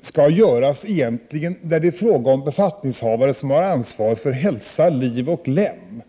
skall göras när det är fråga om befattningshavare som har ansvar för hälsa, liv och lem.